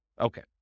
Okay